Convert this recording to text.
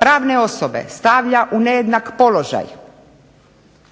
pravne osobe stavlja u nejednak položaj,